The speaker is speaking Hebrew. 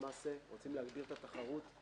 רוצים להגביר את התחרות.